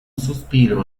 suspiro